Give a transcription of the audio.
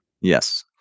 Yes